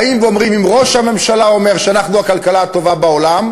באים ואומרים: אם ראש הממשלה אומר שאנחנו הכלכלה הטובה בעולם,